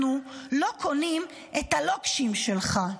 אנחנו לא קונות את הלוקשים שלך.